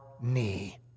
knee